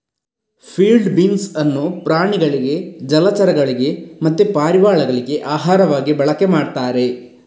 field beans ಅನ್ನು ಪ್ರಾಣಿಗಳಿಗೆ ಜಲಚರಗಳಿಗೆ ಮತ್ತೆ ಪಾರಿವಾಳಗಳಿಗೆ ಆಹಾರವಾಗಿ ಬಳಕೆ ಮಾಡ್ತಾರೆ